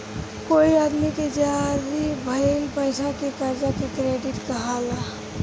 कोई आदमी के जारी भइल पईसा के कर्जा के क्रेडिट कहाला